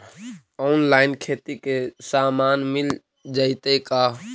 Online खेती के सामान मिल जैतै का?